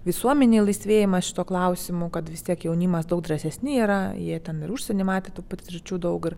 visuomenėje laisvėjimas šituo klausimu kad vis tiek jaunimas daug drąsesni yra jie ten ir užsieny matę tų patirčių daug ir